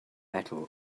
metal